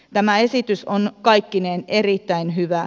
tämä esitys on kaikkinensa erittäin hyvä